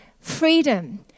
freedom